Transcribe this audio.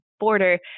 Border